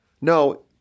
No